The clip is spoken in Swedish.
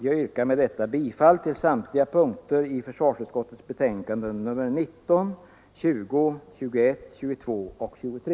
Jag yrkar med det anförda bifall till utskottets hemställan vid samtliga punkter i försvarsutskottets betänkanden nr 19, 20, 21, 22 och 23.